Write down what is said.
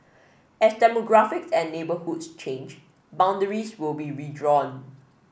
as demographics and neighbourhoods change boundaries will be redrawn